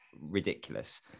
ridiculous